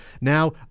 Now